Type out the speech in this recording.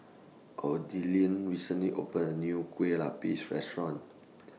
recently opened A New Kue Lupis Restaurant